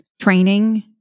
training